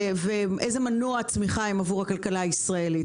ואיזה מנוע צמיחה הם עבור הכלכלה הישראלית.